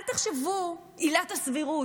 אל תחשבו עילת הסבירות,